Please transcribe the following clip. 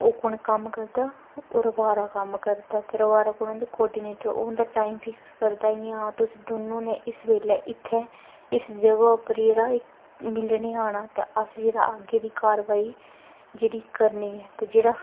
ओह् कु'न कम्म करदा ओह् रवारा कम्म करदा ते रवारा कु'न होंदा कोआर्डिनेटर ओह् उं'दा टाईम फिक्स करदा कि हां तुस दोनों ने इस बेल्लै इत्थै इस जगह् उप्पर जेह्ड़ा ऐ मिलने आना ते अस जेह्ड़ा अग्गें दी कारवाई जेह्ड़ी करनी ऐ ते जेह्ड़ा